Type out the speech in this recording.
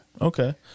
Okay